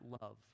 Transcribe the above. love